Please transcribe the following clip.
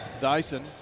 Dyson